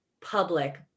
public